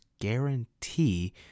guarantee